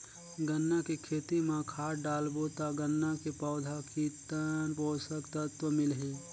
गन्ना के खेती मां खाद डालबो ता गन्ना के पौधा कितन पोषक तत्व मिलही?